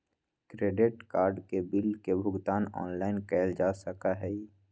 credit card के bill के भुगतान ऑनलाइन कइल जा सका हई